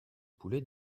poulet